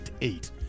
eight